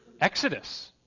Exodus